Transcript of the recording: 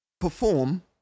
perform